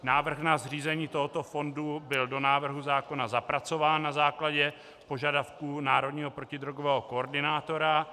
Návrh na zřízení tohoto fondu byl do návrhu zákona zapracován na základě požadavků národního protidrogového koordinátora.